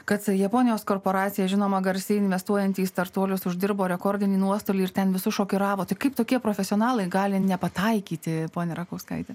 kad japonijos korporacija žinoma garsiai investuojant į startuolius uždirbo rekordinį nuostolį ir ten visus šokiravo tai kaip tokie profesionalai gali nepataikyti ponia rakauskaitė